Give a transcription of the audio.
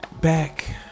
Back